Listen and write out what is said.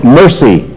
mercy